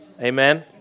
Amen